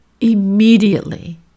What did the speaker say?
immediately